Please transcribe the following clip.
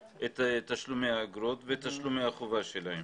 תשלומי האגרות ואת תשלומי החובה שלהם.